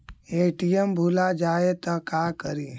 ATM भुला जाये त का करि?